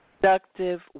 productive